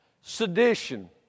Sedition